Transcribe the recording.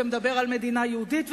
ומדבר על מדינה יהודית,